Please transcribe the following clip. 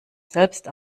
selbst